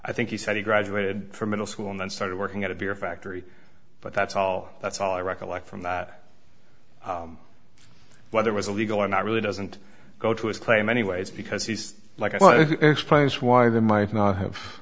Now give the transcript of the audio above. i think he said he graduated from middle school and then started working at a beer factory but that's all that's all i recollect from that whether it was illegal or not really doesn't go to his claim anyways because he's like i want to explain why they might not have